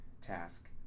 task